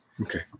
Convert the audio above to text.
okay